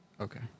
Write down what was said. Okay